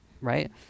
right